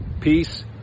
peace